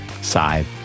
side